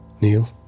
Neil